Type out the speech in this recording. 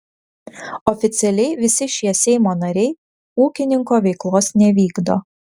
oficialiai visi šie seimo nariai ūkininko veiklos nevykdo